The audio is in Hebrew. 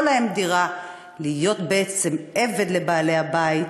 להם דירה להיות בעצם עבד לבעלי הבית